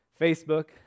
Facebook